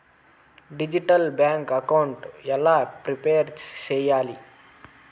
Digital bank account ఎలా prepare సెయ్యాలి?